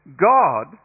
God